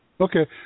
Okay